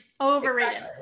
Overrated